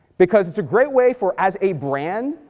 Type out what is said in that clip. because it's a great way for, as a brand,